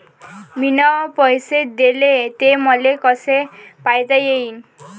मिन पैसे देले, ते मले कसे पायता येईन?